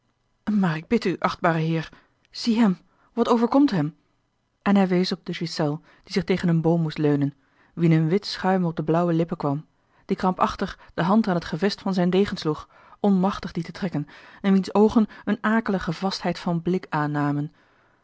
maar ik bid u achtbare heer zie hem wat overkomt hem en hij wees op de ghiselles die zich tegen een boom moest leunen wien een wit schuim op de blauwe lippen kwam die krampachtig de hand aan t gevest van zijn degen sloeg onmachtig dien te trekken en wiens oogen eene akelige vastheid van blik aannamen